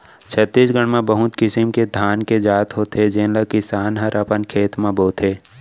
छत्तीसगढ़ म बहुत किसिम के धान के जात होथे जेन ल किसान हर अपन खेत म बोथे